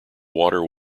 water